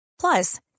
Plus